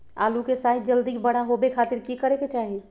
आलू के साइज जल्दी बड़ा होबे खातिर की करे के चाही?